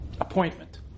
appointment